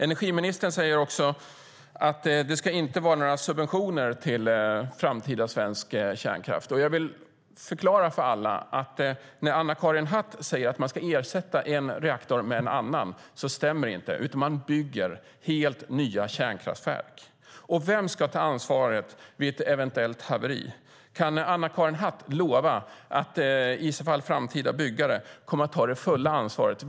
Energiministern säger att det inte ska ges några subventioner till framtida svensk kärnkraft. Jag vill förklara för alla att när Anna-Karin Hatt säger att man ska ersätta en reaktor med en annan stämmer det inte, utan man bygger helt nya kärnkraftverk. Vem ska ta ansvaret vid ett eventuellt haveri? Kan Anna-Karin Hatt lova att framtida byggare i så fall kommer att ta det fulla ansvaret?